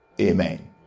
Amen